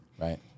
Right